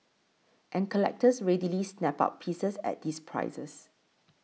and collectors readily snap up pieces at these prices